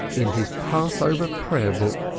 in his passover prayer-book!